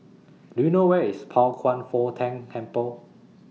Do YOU know Where IS Pao Kwan Foh Tang Temple